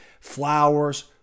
Flowers